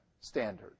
standard